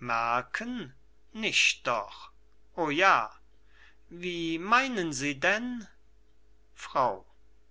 merken nicht doch o ja wie meinen sie denn frau